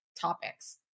topics